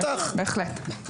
בהחלט.